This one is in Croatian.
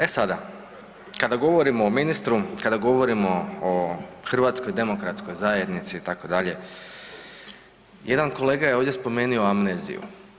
E sada, kada govorimo o ministru, kada govorimo o HDZ-u itd., jedan kolega je ovdje spomenuo amneziju.